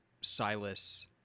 Silas